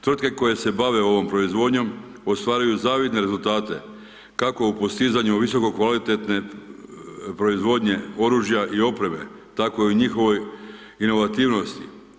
Tvrtke koje se bave ovom proizvodnjom, ostvaruju zavidne rezultate, kako u postizanju visokokvalitetne proizvodnje oružja i opreme, tako i u njihovoj inovativnosti.